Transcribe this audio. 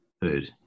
Food